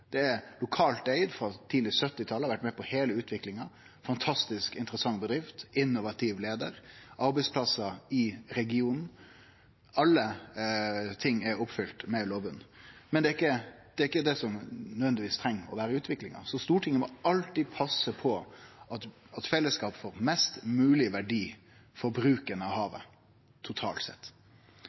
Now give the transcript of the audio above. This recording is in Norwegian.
er lokalt eigd frå tidleg på 1970-talet og har vore med på heile utviklinga, ei fantastisk interessant bedrift, ein innovativ leiar, arbeidsplassar i regionen – alt er oppfylte i Lovund. Men det er ikkje sjølvsagt at det er slik utviklinga treng å vere. Så Stortinget må alltid passe på at fellesskapet får mest mogleg verdi for bruken av havet totalt sett.